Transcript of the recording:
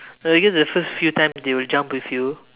well I guess the first few times they will jump with you